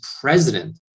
president